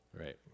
right